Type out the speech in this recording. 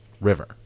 River